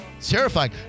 terrifying